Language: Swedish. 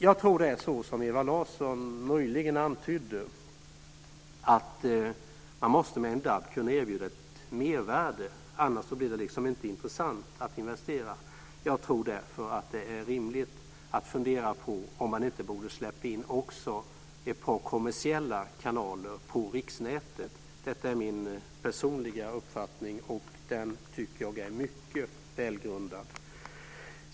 Jag tror att man, som Ewa Larsson möjligen antydde, med en DAB måste kunna erbjuda ett mervärde. Annars blir det liksom inte intressant att investera. Jag tror därför att det är rimligt att fundera på om man inte borde släppa in också ett par kommersiella kanaler på riksnätet. Detta är min personliga uppfattning, och den tycker jag är mycket välgrundad.